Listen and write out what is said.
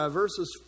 verses